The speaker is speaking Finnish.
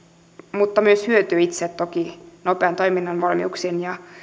mutta myös hyötyy itse toki nopean toiminnan valmiuksien ja